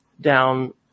down